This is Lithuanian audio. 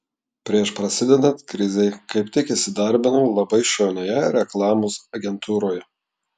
prieš prasidedant krizei kaip tik įsidarbinau labai šaunioje reklamos agentūroje